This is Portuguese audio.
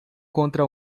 contra